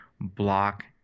block